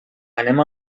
anem